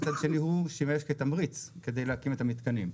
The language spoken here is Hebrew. ומהצד השני הוא שימש כתמריץ כדי להקים את המתקנים.